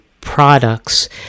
products